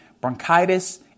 bronchitis